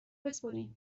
بسپرین